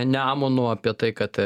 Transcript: nemunu apie tai kad